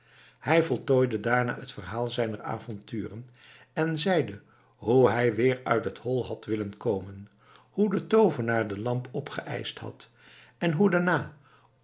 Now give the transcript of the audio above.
hij voltooide daarna het verhaal zijner avonturen en zeide hoe hij weer uit het hol had willen komen hoe de toovenaar de lamp opgeëischt had en hoe daarna